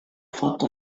fatto